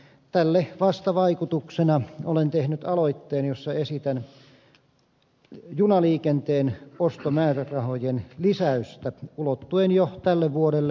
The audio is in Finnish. tälle vastavaikutuksena olen tehnyt aloitteen jossa esitän junaliikenteen ostomäärärahojen lisäystä ulottuen jo tälle vuodelle